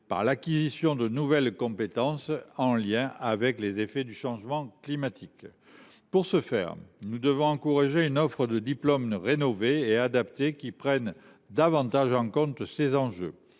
par l’acquisition de nouvelles compétences en lien avec les effets du changement climatique. Pour ce faire, nous devons encourager une offre de diplômes rénovée et adaptée, qui prenne davantage en compte ces enjeux.